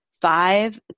five